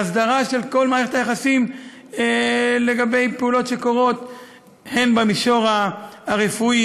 והסדרה של כל מערכת היחסים לגבי פעולות שקורות במישור הרפואי,